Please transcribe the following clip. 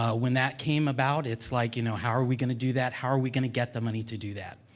ah when that came about, it's like, you know, how are we going to do that how are we going to get the money to do that?